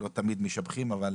לא תמיד משבחים, אבל